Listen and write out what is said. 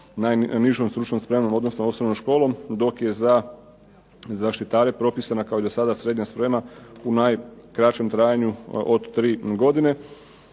nižom stručnom spremom odnosno osnovnom školom dok je za zaštitare propisana kao i do sada srednja spremna u najkraćem trajanju od tri godine.